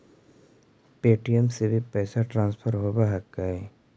Paytm से भी पैसा ट्रांसफर होवहकै?